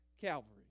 Calvary